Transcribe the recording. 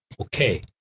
Okay